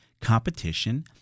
competition